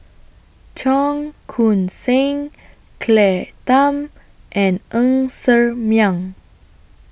Cheong Koon Seng Claire Tham and Ng Ser Miang